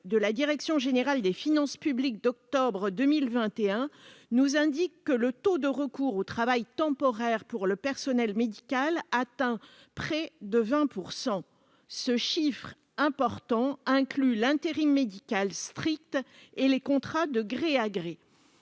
de la Direction générale des finances publiques d'octobre 2021, nous indique que le taux de recours au travail temporaire pour le personnel médical atteint près de 20 pour 100 ce chiffre important incluent l'intérim médical strict et les contrats de gré à gré,